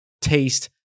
taste